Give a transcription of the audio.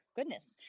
goodness